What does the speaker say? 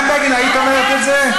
ודאי שאני שומרת שבת.